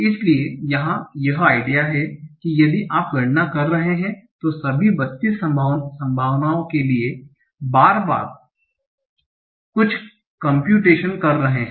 इसलिए यहां यह आइडिया है कि यदि आप गणना कर रहे हैं तो सभी 32 संभावनाओं के लिए आप बार बार कुछ कमप्यूटेशन्स कर रहे हैं